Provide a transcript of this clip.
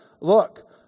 look